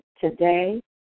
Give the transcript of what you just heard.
today